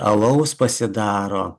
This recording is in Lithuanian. alaus pasidaro